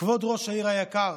כבוד ראש העיר היקר